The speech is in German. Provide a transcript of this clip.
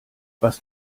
was